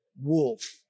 Wolf